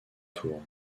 tours